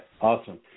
awesome